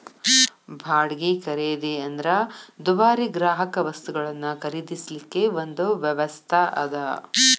ಬಾಡ್ಗಿ ಖರೇದಿ ಅಂದ್ರ ದುಬಾರಿ ಗ್ರಾಹಕವಸ್ತುಗಳನ್ನ ಖರೇದಿಸಲಿಕ್ಕೆ ಒಂದು ವ್ಯವಸ್ಥಾ ಅದ